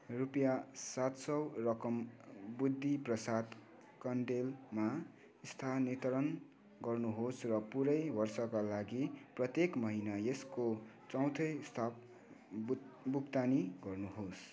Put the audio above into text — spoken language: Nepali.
रुपियाँ सात सौ रकम बुद्धि प्रसाद कँडेलमा स्थानान्तरण गर्नुहोस् र पुरै वर्षका लागि प्रत्येक महिना यसको चौथाइ स्वतः भुक्तानी गर्नुहोस्